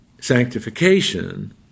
Sanctification